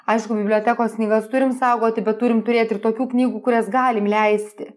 aišku bibliotekos knygas turim saugoti bet turim turėt ir tokių knygų kurias galim leisti